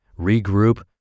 regroup